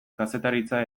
kazetaritza